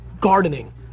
gardening